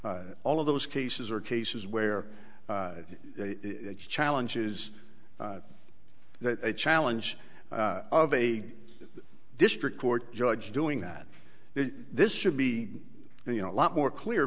out all of those cases are cases where challenges that challenge of a district court judge doing that this should be you know a lot more clear